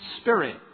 spirit